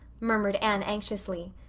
murmured anne anxiously.